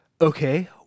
Okay